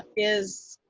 is